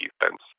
defense